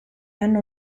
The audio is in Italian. hanno